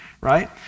right